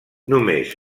només